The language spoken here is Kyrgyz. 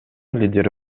лидери